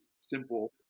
simple